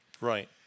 Right